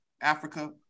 Africa